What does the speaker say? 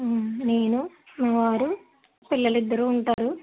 నేను మా వారు పిల్లలిద్దరు ఉంటారు